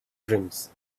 dreams